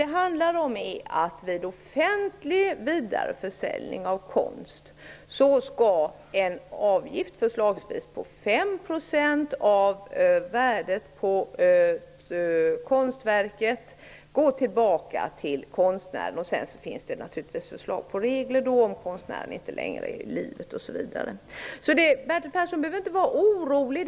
Det handlar om att vid en offentlig vidareförsäljning av konst skall en avgift, förslagsvis 5 % av värdet på konstverket, gå tillbaka till konstnären. Sedan finns det förslag till regler om konstnären inte längre är i livet. Bertil Persson behöver inte vara orolig.